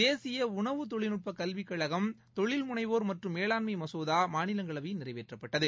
தேசிய உணவு தொழில்நுட்பக் கல்விக் கழகம் தொழில் முனைவோர் மற்றும் மேலாண்மை மசோதா மாநிலங்களவையில் நிறைவேற்றப்பட்டது